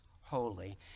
holy